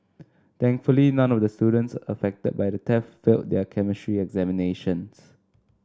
thankfully none of the students affected by the theft failed their chemistry examinations